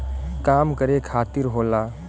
काम करे खातिर होला